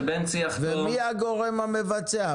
שבנצי יסביר להם --- מי הגורם המבצע,